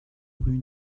rue